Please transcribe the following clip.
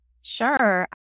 Sure